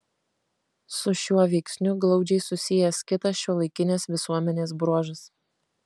su šiuo veiksniu glaudžiai susijęs kitas šiuolaikinės visuomenės bruožas